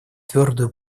твердую